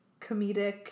comedic